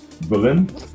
Berlin